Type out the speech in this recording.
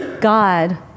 God